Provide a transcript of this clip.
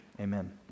Amen